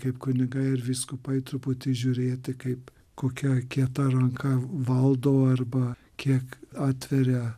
kaip kunigai ir vyskupai truputį žiūrėti kaip kokia kieta ranka valdo arba kiek atveria